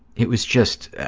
it was just,